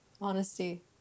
Honesty